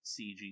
CG